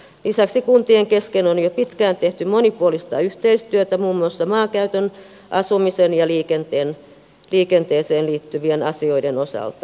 lisäksi kuntien kesken on jo pitkään tehty monipuolista yhteistyötä muun muassa maankäyttöön asumiseen ja liikenteeseen liittyvien asioiden osalta